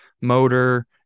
motor